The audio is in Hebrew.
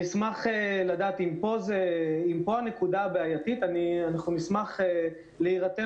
אם פה הנקודה הבעייתית אנחנו נשמח להירתם